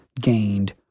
gained